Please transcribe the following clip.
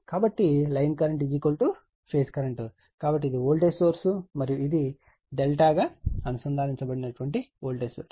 కాబట్టి line current phase current కాబట్టి ఇది వోల్టేజ్ సోర్స్ మరియు ఇది ∆ గా అనుసంధానించబడిన వోల్టేజ్ సోర్స్